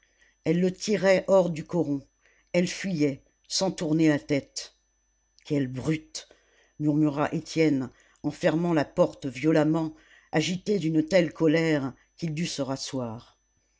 elle le tirait hors du coron elle fuyait sans tourner la tête quelle brute murmura étienne en fermant la porte violemment agité d'une telle colère qu'il dut se